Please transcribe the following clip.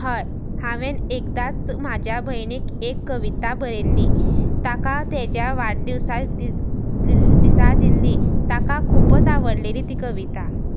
हय हांवें एकदांच म्हाज्या भयणीक एक कविता बरयल्ली ताका तेज्या वाडदिवसा दिसा दिल्ली ताका खुबूच आवडलेली ती कविता